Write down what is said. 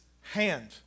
hand